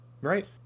right